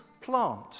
plant